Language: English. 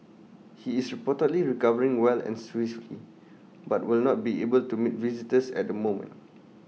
he is reportedly recovering well and swiftly but will not be able to meet visitors at the moment